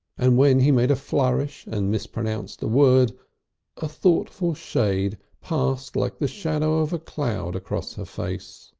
and when he made a flourish and mispronounced a word a thoughtful shade passed like the shadow of a cloud across her face.